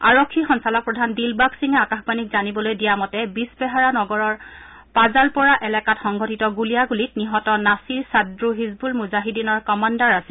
আৰক্ষী সঞ্চালকপ্ৰধান দিলবাগ সিঙে আকাশবাণীক জানিবলৈ দিয়া মতে বিজবেহাৰা নগৰৰ পাজালপ'ৰা এলেকাত সংঘটিত গুলিয়াগুলীত নিহত নাছিৰ চাদ্ৰু হিজবুল মুজাহিদীনৰ কমাণ্ডাৰ আছিল